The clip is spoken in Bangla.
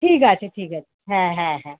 ঠিক আছে ঠিক আছে হ্যাঁ হ্যাঁ হ্যাঁ